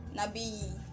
Nabi